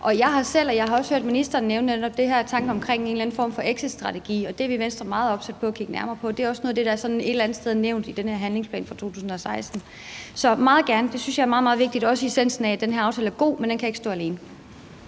Og jeg har selv nævnt, og jeg har også hørt ministeren nævne det, den her tanke omkring en eller anden form for exitstrategi, og det er vi i Venstre meget opsat på at kigge nærmere på. Det er også noget af det, der er nævnt et eller andet sted i den her handlingsplan fra 2016. Så jeg vil meget gerne diskutere det; det synes jeg er meget, meget vigtigt – også essensen, i forhold til at den her aftale er god, men at den ikke kan stå alene.